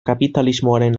kapitalismoaren